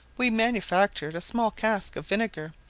we manufactured a small cask of vinegar,